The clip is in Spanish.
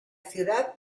ciudad